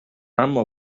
اما